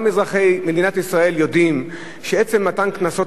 גם אזרחי מדינת ישראל יודעים שעצם מתן קנסות